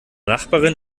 nachbarin